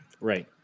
Right